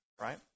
right